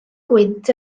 gwynt